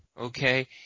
Okay